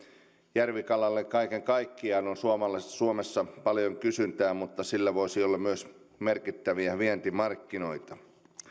järvikalalle kaiken kaikkiaan on suomessa paljon kysyntää mutta sillä voisi olla myös merkittäviä vientimarkkinoita